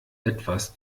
etwas